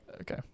Okay